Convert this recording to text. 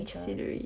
and scenery